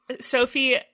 Sophie